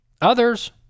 others